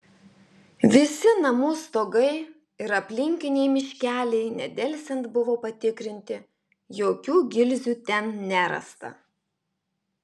visi namų stogai ir aplinkiniai miškeliai nedelsiant buvo patikrinti jokių gilzių ten nerasta